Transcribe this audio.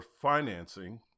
financing